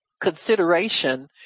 consideration